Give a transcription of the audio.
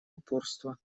упорства